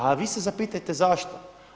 A vi se zapitajte zašto.